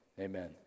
Amen